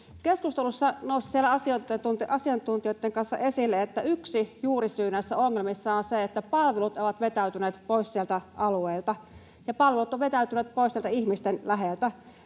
keskustelussa asiantuntijoitten kanssa nousi esille, että yksi juurisyy näissä ongelmissa on se, että palvelut ovat vetäytyneet pois sieltä alueilta ja palvelut ovat vetäytyneet pois sieltä ihmisten läheltä.